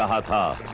ah but